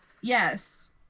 Yes